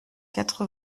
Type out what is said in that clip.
quatre